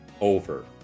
over